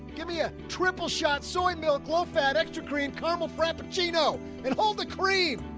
give me a triple shot. soy milk, low-fat extra cream, caramel frappuccino, and all the cream.